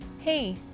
Hey